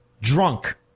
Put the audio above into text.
Drunk